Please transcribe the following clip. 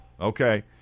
Okay